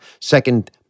Second-